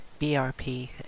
BRP